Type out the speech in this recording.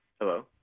Hello